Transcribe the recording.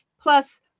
plus